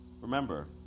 remember